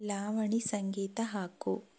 ಲಾವಣಿ ಸಂಗೀತ ಹಾಕು